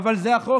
אבל זה החוק.